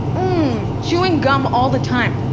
um chewing gum all the time.